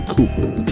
Cooper